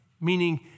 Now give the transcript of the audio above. Meaning